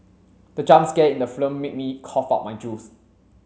the jump scare in the film made me cough out my juice